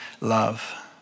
Love